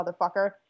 motherfucker